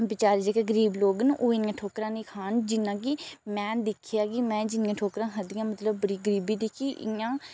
बेचारे जेह्के गरीब लोग न ओह् इ'यां ठोकरां निं खान जि'न्ना की मे दिक्खेआ की में जि'न्नियां ठोकरां खाद्धियां मतलब बड़ी गरीबी दिक्खी इ'यां